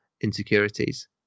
insecurities